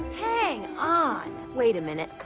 hang ah on. wait a minute.